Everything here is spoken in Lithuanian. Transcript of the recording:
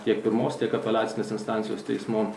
tiek pirmos tiek apeliacinės instancijos teismų